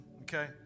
Okay